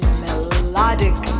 melodic